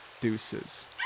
Deuces